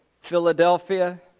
Philadelphia